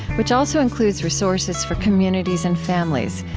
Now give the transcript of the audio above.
which also includes resources for communities and families.